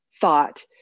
thought